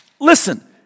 Listen